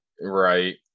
right